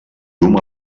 llum